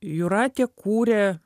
jūratė kūrė